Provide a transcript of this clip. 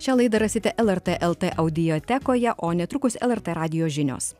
šią laidą rasite lrt el t audiotekoje o netrukus lrt radijo žinios